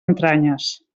entranyes